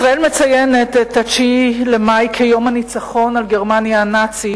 ישראל מציינת את ה-9 במאי כיום הניצחון על גרמניה הנאצית,